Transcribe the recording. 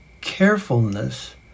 carefulness